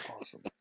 Awesome